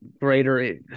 greater